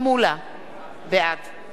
בעד שאול מופז,